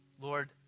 Lord